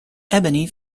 ebony